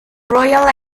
royal